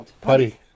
Putty